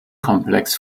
komplex